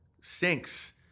sinks